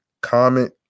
comment